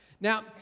Now